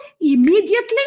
immediately